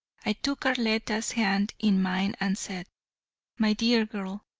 i took arletta's hand in mine and said my dear girl,